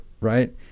right